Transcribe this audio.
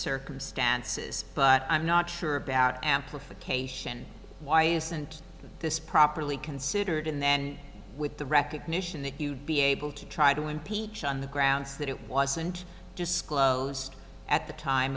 circumstances but i'm not sure about amplification why isn't this properly considered in then with the recognition that you'd be able to try to impeach on the grounds that it wasn't disclosed at the time